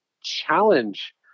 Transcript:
challenge